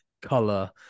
color